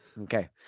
Okay